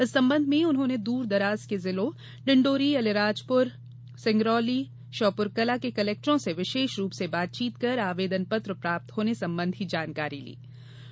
इस संबंध में उन्होंने दूर दराज के जिलों डिण्डौरी अलीराजपुर सिंगरौली श्योपुरकलां के कलेक्टरों से विशेष रूप से बातचीत कर आवेदन पत्र प्राप्त होने संबंधी जानकारी प्राप्त की